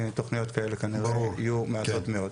תוכניות כאלה כנראה יהיו מעטות מאוד.